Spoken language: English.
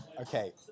okay